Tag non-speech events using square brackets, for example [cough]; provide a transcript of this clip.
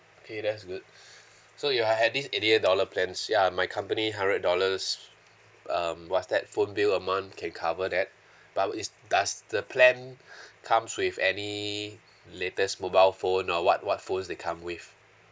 okay that's good [breath] so you all have this eighty eight dollar plans ya my company hundred dollars um what's that phone bill a month can cover that but is does the plan [breath] comes with any latest mobile phone or what what phones they come with